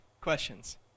questions